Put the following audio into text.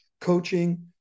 coaching